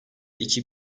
iki